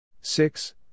six